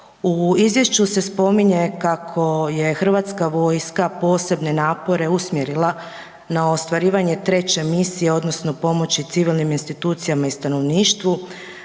U izvješću se spominje kako je Hrvatska vojska posebne napore usmjerila na ostvarivanje 3 misije odnosno pomoći civilnim institucijama i stanovništvu